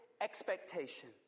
expectation